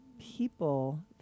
people